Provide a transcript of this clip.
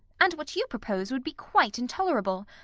and what you propose would be quite intolerable.